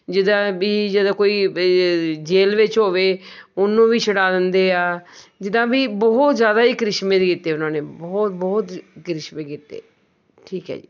ਜਿਹਦਾ ਵੀ ਕੋਈ ਜੇਲ੍ਹ ਵਿੱਚ ਹੋਵੇ ਉਹਨੂੰ ਵੀ ਛਡਾ ਦਿੰਦੇ ਆ ਜਿਦਾਂ ਵੀ ਬਹੁਤ ਜ਼ਿਆਦਾ ਹੀ ਕਰਿਸ਼ਮੇ ਕੀਤੇ ਉਹਨਾਂ ਨੇ ਬਹੁਤ ਬਹੁਤ ਕਰਿਸ਼ਮੇ ਕੀਤੇ ਠੀਕ ਹੈ ਜੀ